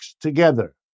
together